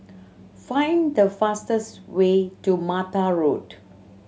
find the fastest way to Mata Road